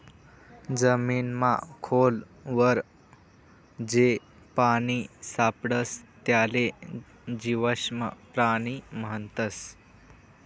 जमीनमा खोल वर जे पानी सापडस त्याले जीवाश्म पाणी म्हणतस